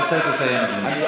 אתה צריך לסיים, אדוני.